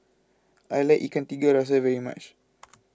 I like Ikan Tiga Rasa very much